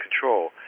Control